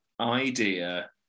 idea